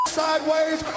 sideways